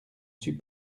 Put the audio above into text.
suis